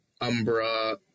Umbra